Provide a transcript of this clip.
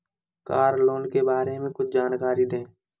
Car loan के बारे में कुछ जानकारी दें?